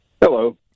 Hello